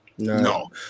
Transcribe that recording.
No